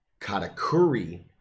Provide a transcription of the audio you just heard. Katakuri